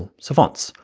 ah so fonts,